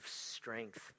strength